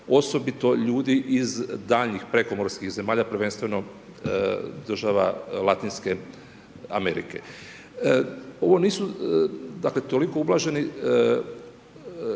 osobito ljudi iz daljnjih prekomorskih zemalja, prvenstveno država Latinske Amerike. Ovo nisu, dakle toliko ublaženi